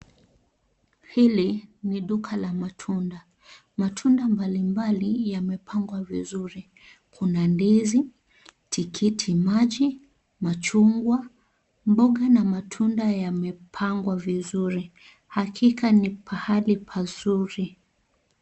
Hili ni Duka la matunda. Matunda mbalimbali yamepangwa vizuri. Kuna ndizi, tikiti maji, machungwa, mboga na matunda yamepangwa vizuri. Hakika ni pahali pazuri.